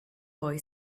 boy